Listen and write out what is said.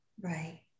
Right